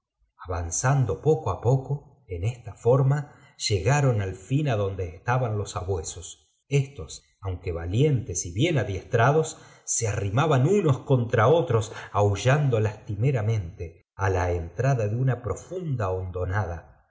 avanzando poco á poco en esta forma llegaron al fin adonde estaban los sabuesos estos aunque valientes y bien adiestrados se arrimaban unos contra otros aullando lastimeramente á la entrada de una profunda hondonada